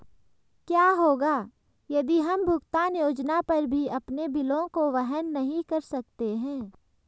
क्या होगा यदि हम भुगतान योजना पर भी अपने बिलों को वहन नहीं कर सकते हैं?